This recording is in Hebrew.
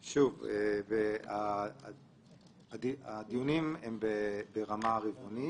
שוב, הדיונים הם ברמה רבעונית.